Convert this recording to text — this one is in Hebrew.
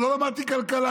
וגם לא למדתי כלכלה,